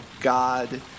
god